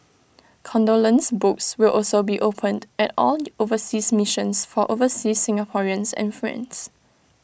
condolence books will also be opened at all overseas missions for overseas Singaporeans and friends